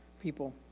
people